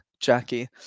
Jackie